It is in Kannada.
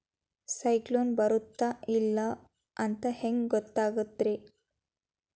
ಸೈಕ್ಲೋನ ಬರುತ್ತ ಇಲ್ಲೋ ಅಂತ ಹೆಂಗ್ ಗೊತ್ತಾಗುತ್ತ ರೇ?